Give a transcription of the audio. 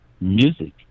music